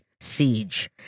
siege